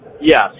Yes